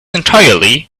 entirely